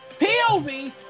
POV